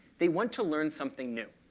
they want to learn something new.